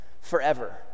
forever